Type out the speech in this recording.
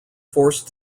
forced